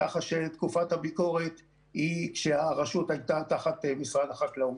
ככה שתקופת הביקורת היא כשהרשות הייתה תחת משרד החקלאות.